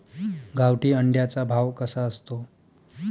गावठी अंड्याचा भाव कसा असतो?